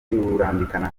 rurambikana